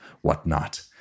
whatnot